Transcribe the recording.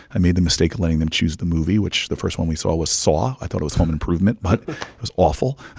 i made the mistake of letting them choose the movie, which the first one we saw was saw. i thought it was home improvement, but it was awful.